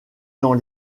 dans